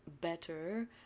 better